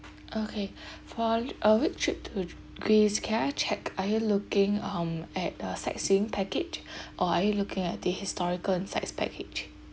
okay for li~ uh which trip to greece can I check are you looking um at a sightseeing package or are you looking at the historical and sites package